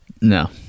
no